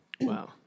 Wow